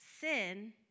sin